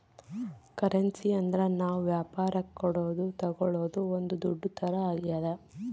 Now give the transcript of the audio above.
currency ಅಂದ್ರ ನಾವ್ ವ್ಯಾಪರಕ್ ಕೊಡೋದು ತಾಗೊಳೋದು ಒಂದ್ ದುಡ್ಡು ತರ ಆಗ್ಯಾದ